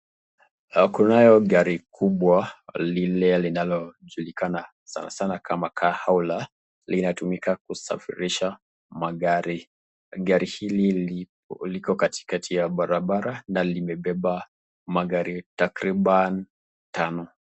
Kunayo gari kubwa lile linalojulikana sanasana kama car holder linatumika kusafirisha magari. Gari hili liko katikati ya barabara na linabeba magari takriban tano.